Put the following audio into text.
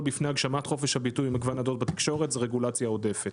בפני הגשמת חופש הביטוי של מגוון הדעות בתקשורת זה רגולציה עודפת